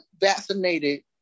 vaccinated